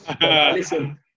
Listen